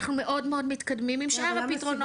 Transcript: אנחנו מאוד מאוד מתקדמים עם שאר הפתרונות.